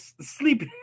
sleep